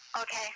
okay